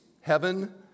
heaven